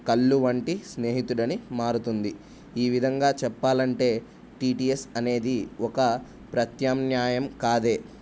కళ్ళు వంటి స్నేహితుడని మారుతుంది ఈ విధంగా చెప్పాలంటే టీటిఎస్ అనేది ఒక ప్రత్యన్యాయం కాదే